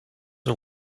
are